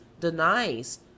denies